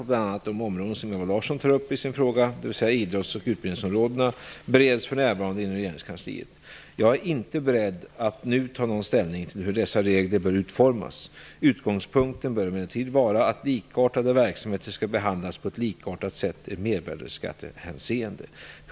de områden som Ewa Larsson tar upp i sin fråga, dvs. idrotts och utbildningsområdena, bereds för närvarande inom regeringskansliet. Jag är inte beredd att nu ta ställning till hur dessa regler bör utformas. Utgångspunkten bör emellertid vara att likartade verksamheter skall behandlas på ett likartat sätt i mervärdesskattehänseende.